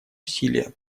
усилия